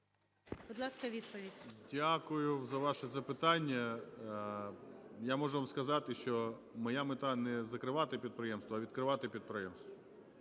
Дякую за ваше запитання. Я можу вам сказати, що моя мета не закривати підприємства, а відкривати підприємства,